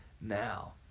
Now